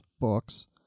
books